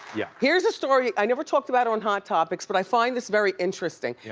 yeah here's a story, i never talked about it on hot topics but i find this very interesting. yeah